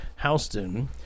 Houston